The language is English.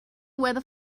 weather